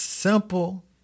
Simple